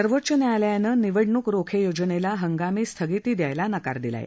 सर्वोच्च न्यायालयानं निवडणूक रोखे योजनेला हंगामी स्थगिती द्यायला नकार दिला आहे